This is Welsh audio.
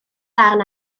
darn